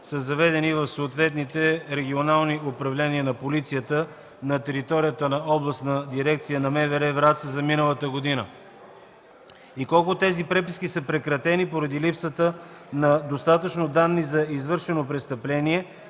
са заведени в съответните регионални управления на полицията на територията на Областната дирекция на МВР – Враца, за миналата година? Колко от тези преписки са прекратени поради липсата на достатъчни данни за извършено престъпление